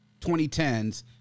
2010s